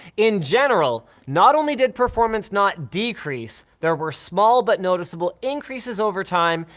in general, not only did performance not decrease, there were small but noticeable increases over time,